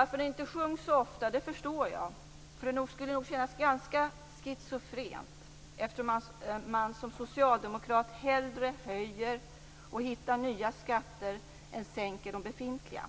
Att man inte sjunger den så ofta förstår jag. Det skulle nog kännas ganska schizofrent, eftersom man som socialdemokrat hellre höjer och hittar nya skatter än sänker de befintliga.